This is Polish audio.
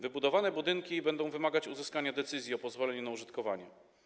Wybudowane budynki będą wymagać uzyskania decyzji o pozwoleniu na użytkowanie.